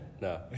No